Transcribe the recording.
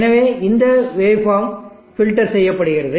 எனவே இந்த waveform filter செய்யப்படுகிறது